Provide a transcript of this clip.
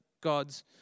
God's